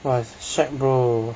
!wah! shag bro